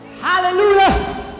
hallelujah